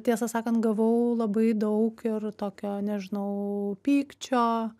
tiesą sakant gavau labai daug ir tokio nežinau pykčio